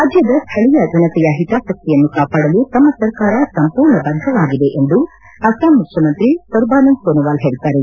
ರಾಜ್ಯದ ಸ್ಥಳೀಯ ಜನತೆಯ ಹಿತಾಸಕ್ತಿಯನ್ನು ಕಾಪಾಡಲು ತಮ್ಮ ಸರ್ಕಾರ ಸಂಪೂರ್ಣ ಬದ್ಧವಾಗಿದೆ ಎಂದು ಅಸ್ಲಾಂ ಮುಖ್ಯಮಂತ್ರಿ ಸೊರ್ಬಾನಂದ್ ಸೋನೊವಾಲ್ ತಿಳಿಸಿದ್ದಾರೆ